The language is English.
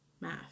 math